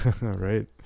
Right